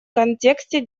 контексте